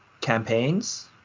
campaigns